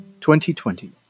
2020